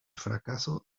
fracaso